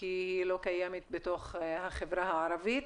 כי היא לא קיימת בתוך החברה הערבית.